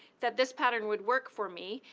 that this pattern would work for me.